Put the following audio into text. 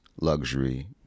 luxury